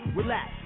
Relax